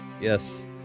Yes